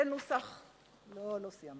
זה הנוסח של יושב-ראש הוועדה.